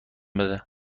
بده